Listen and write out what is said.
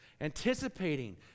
anticipating